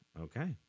okay